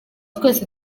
twese